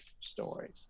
stories